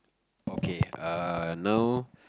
okay err now